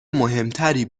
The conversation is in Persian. مهمتری